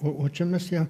o o čia mes ją